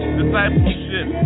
discipleship